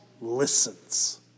listens